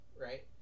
right